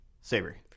Savory